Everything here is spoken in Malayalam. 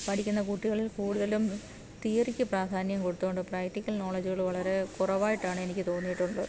പഠിക്കുന്ന കുട്ടികളിൽ കൂടുതലും തിയറിക്ക് പ്രാധാന്യം കൊടുത്തുകൊണ്ട് പ്രാക്ടിക്കൽ നോളജ്കള് വളരെ കുറവായിട്ടാണ് എനിക്ക് തോന്നിയിട്ടുണ്ട്